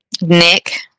Nick